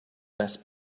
less